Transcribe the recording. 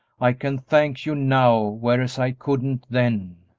i can thank you now, whereas i couldn't then.